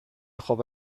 خوب